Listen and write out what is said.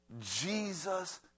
jesus